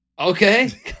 okay